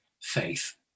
faith